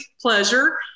pleasure